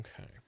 Okay